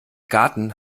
garten